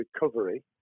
recovery